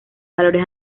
valores